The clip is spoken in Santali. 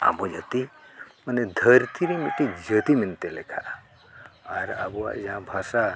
ᱟᱵᱚ ᱡᱟᱹᱛᱤ ᱢᱟᱱᱮ ᱫᱷᱟᱹᱨᱛᱤ ᱨᱮ ᱢᱤᱫᱴᱤᱡ ᱡᱟᱹᱛᱤ ᱢᱮᱱᱛᱮ ᱞᱮᱠᱷᱟᱜᱼᱟ ᱟᱨ ᱟᱵᱚᱣᱟᱜ ᱡᱟᱦᱟᱸ ᱵᱷᱟᱥᱟ